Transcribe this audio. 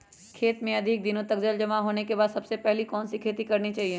खेत में अधिक दिनों तक जल जमाओ होने के बाद सबसे पहली कौन सी खेती करनी चाहिए?